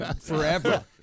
forever